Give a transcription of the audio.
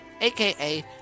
aka